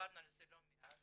ודיברנו על זה לא מעט,